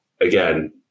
again